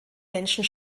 menschen